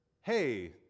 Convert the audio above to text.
hey